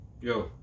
Yo